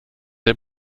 der